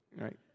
right